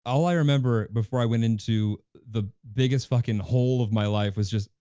all i remember before i went into the biggest fucking hole of my life was just,